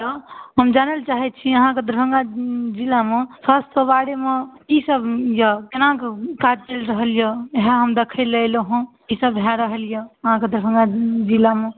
hello हम जानए लए चाहैत छी अहाँके दरभङ्गा जिलामे स्वास्थके बारेमे की सब यऽ केना कऽ काज चलि रहल यऽ इहए हम देखै लए अयलहुँ हँ की सब भए रहल यऽ अहाँके दरभङ्गा जिलामे